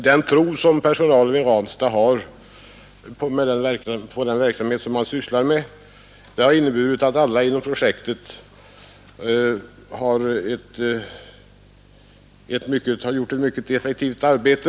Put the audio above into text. Den tro som personalen i Ranstad har på den verksamhet den sysslar med har medfört att alla nedlagt ett effektivt arbete.